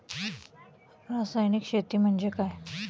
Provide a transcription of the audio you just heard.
रासायनिक शेती म्हणजे काय?